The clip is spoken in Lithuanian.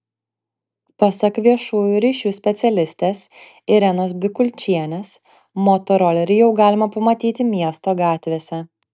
pasak viešųjų ryšių specialistės irenos bikulčienės motorolerį jau galima pamatyti miesto gatvėse